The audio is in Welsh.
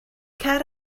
cer